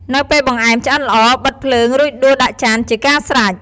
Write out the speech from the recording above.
នៅពេលបង្អែមឆ្អិនល្អ បិទភ្លើង រួចដួសដាក់ចានជាការស្រេច។